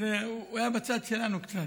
הוא היה בצד שלנו קצת.